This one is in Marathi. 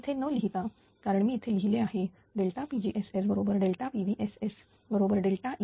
इथे न लिहिता कारण मी येथे लिहिले आहे pgss बरोबर pVss बरोबर Ess